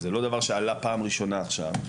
זה לא דבר שעלה פעם ראשונה עכשיו,